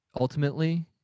ultimately